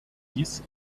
dies